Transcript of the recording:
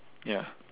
ya